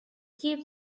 keep